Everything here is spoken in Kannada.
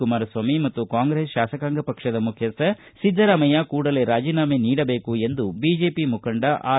ಕುಮಾರಸ್ವಾಮಿ ಮತ್ತು ಕಾಂಗ್ರೆಸ್ ಶಾಸಕಾಂಗ ಪಕ್ಷದ ಮುಖ್ಯಸ್ಥ ಸಿದ್ದರಾಮಯ್ಯ ಕೂಡಲೇ ರಾಜೀನಾಮೆ ನೀಡಬೇಕು ಎಂದು ಬಿಜೆಪಿ ಮುಖಂಡ ಆರ್